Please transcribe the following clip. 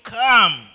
come